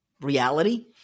reality